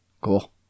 Cool